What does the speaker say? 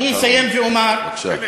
אני אסיים ואומר, משפט אחרון.